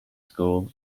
school